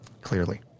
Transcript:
Clearly